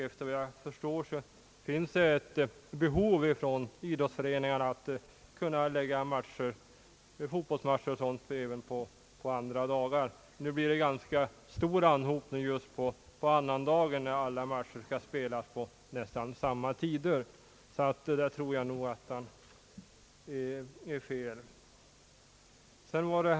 Efter vad jag förstår har idrottsföreningarna ett behov att kunna förlägga fotbollsmatcher även på andra dagar än de nu tillåtna. Det blir ganska stor anhopning på annandagen när alla matcher skall spelas på nästan samma tider. Jag tror nog att herr Schött har fel.